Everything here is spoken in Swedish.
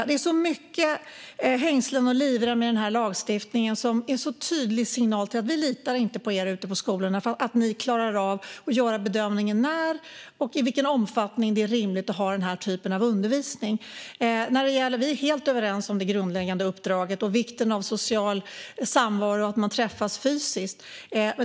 Det är väldigt mycket hängslen och livrem i denna lagstiftning, och det är en tydlig signal om att vi inte litar på dem ute på skolorna eller på att de klarar av att bedöma när och i vilken omfattning det är rimligt att ha denna typ av undervisning. Vi är helt överens om det grundläggande uppdraget och om vikten av social samvaro och av att man träffas fysiskt.